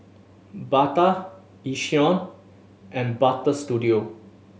Bata Yishion and Butter Studio